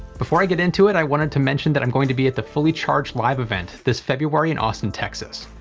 before i get into it, i wanted to mention that i'm going to be at the fully charged live event this february in austin, tx.